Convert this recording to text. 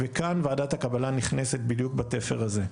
וכאן ועדת הקבלה נכנסת בדיוק בתפר הזה.